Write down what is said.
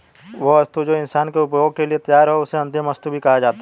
वह वस्तु जो इंसान के उपभोग के लिए तैयार हो उसे अंतिम वस्तु भी कहा जाता है